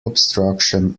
obstruction